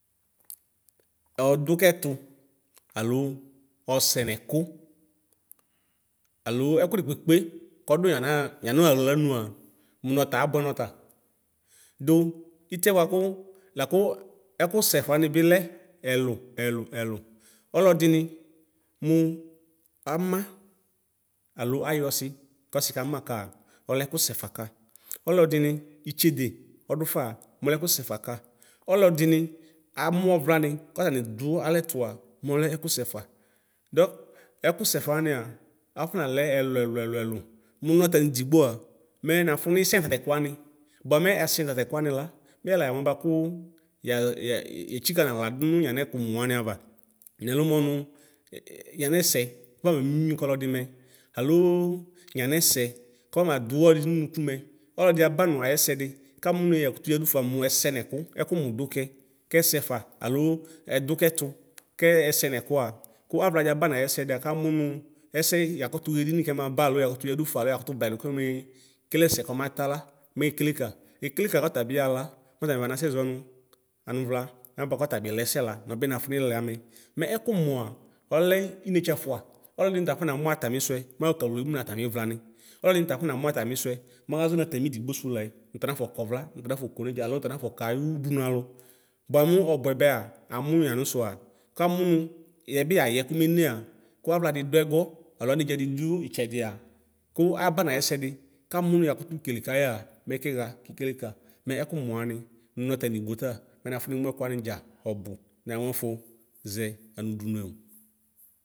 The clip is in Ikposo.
Ɔdʋ kɛtʋ alo ɔsɛ nʋ ɛkʋ alo ɛkʋ di kpekpe kɔdʋ yana yanʋ aɣlanʋa mʋ nɔta dʋ itiɛ bʋakʋ lakʋ ɛkʋ sɛfa wani bilɛ ɛlʋ ɛlʋ ɛlʋ ɔlɔdini mʋ ama alo ayɔsi kɔsi kamaka ɔlɛ ɛkʋsɛfa ka ɔlɔdini itsede ɔdʋfa mɛ ɔlɛ ɛkʋsɛfa ka ɔlɔdini itsede ɔdʋfa mɛ ɔlɛ ɛkʋsɛfa ka ɔlɔdini amʋ ɔvlani kʋ atani dʋ alɛtʋa mɔlɛ ɛkʋsɛfa dɔk ɛkʋsɛfa wania afɔnalɛ ɛlʋ ɛlʋ ɛlʋ mʋ nɔta anidigboa mɛ nafʋnisɛ nʋ natɛ kʋwani bʋamɛ asɛ nʋ tatɛkʋwani la mɛyɛ layamʋ alɛ bʋakʋ yetsika naɣla dʋnʋ yanɛ kʋmʋ waniava nɛlʋ mɔ nʋ yanɛsɛ kɔfama mimi kɔlɔdi mɛ alʋ yanɛsɛ kɔfamadʋ ɔlɔdi nʋ ʋnʋkʋ mɛ ɔlɔdi aba nʋ ayɛsɛdi kamʋ nʋ yakʋtʋ yadʋfa mʋɛsɛ nɛkʋ ɛkʋmʋ dʋkɛ kɛsɛfa alo ɛdʋ kɛtʋ kɛsɛ nɛkʋa kʋ avladi abanʋ ayɛsɛdia kamʋ nʋ ɛsɛ yakʋtʋ xɛdini kɛmaba alo yakʋtʋ yadʋfa alo yakʋtʋ blayi dʋ keme kele ɛsɛ kɔma tala mɛ ekele ka ekele ka kɔtabi ɔyaxa la mɛ ɔtabi ɔmasɛ zɔnʋ anʋvla anɛ bʋakʋ ɔtabi lɛsɛ la mɛ nɔbi nafʋ nilɛ amɛ mɛ ɛkʋmʋa ɔlɛ inetse ɛfʋa ɔlɔdini ta afɔnamʋ atami sʋɛ mɔkawli emʋ nʋ atanivlani ɔlɔdini ta akɔnamʋ atamisʋe mazɔ nʋ atami dʋgbo sʋlɛ nʋ tanafɔ kɔvla nʋ tana fɔkɔnedza alo nʋ tanafɔ kayʋ ʋdʋnʋ alʋ bʋa mʋ ɔbʋɛbɛa amʋ nʋ yanʋ sua kamʋ nʋ yɛbi yayɛ kɔnenea kʋ avladi dʋ ɛgɔ alo anedza didʋ itsɛdia kʋ abanʋ ayɛsɛdi kamʋ nʋ yakʋtʋ kele kayia mɛ kixa kikele ka mɛ ɛkʋmʋ wani mʋ nɔta anidigboa ta mɛ nafʋ nimʋ ɛkʋwani dza ɔbʋ mina mʋɛfʋ zɛ anʋdʋnʋe o.